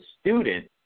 student